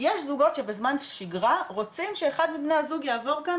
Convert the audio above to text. יש זוגות שבזמן שגרה רוצים שאחד מבני הזוג יבוא לכאן